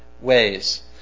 ways